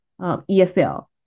ESL